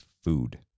food